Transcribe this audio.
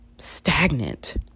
stagnant